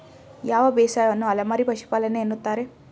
ಯಾವ ಬೇಸಾಯವನ್ನು ಅಲೆಮಾರಿ ಪಶುಪಾಲನೆ ಎನ್ನುತ್ತಾರೆ?